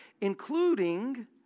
Including